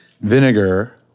vinegar